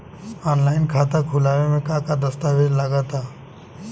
Online खाता खूलावे म का का दस्तावेज लगा ता?